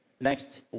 next